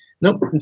Nope